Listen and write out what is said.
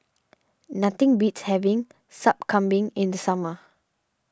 nothing beats having Sup Kambing in the summer